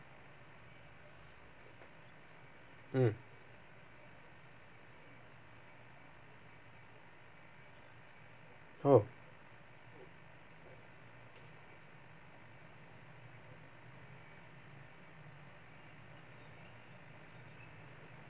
mm oh